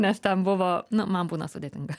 nes ten buvo na man būna sudėtinga